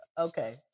Okay